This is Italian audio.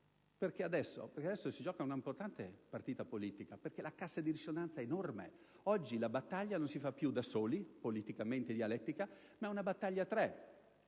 perché adesso si gioca un'importante partita politica. La cassa di risonanza infatti è enorme: oggi la battaglia non si fa più da soli, politicamente e dialetticamente, ma è una battaglia a tre.